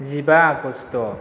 जिबा आगष्ट'